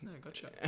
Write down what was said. Gotcha